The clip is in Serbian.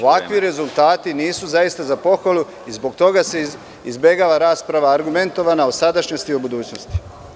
Ovakvi rezultati nisu zaista za pohvalu i zbog toga se izbegava rasprava argumentovana o sadašnjosti i o budućnosti.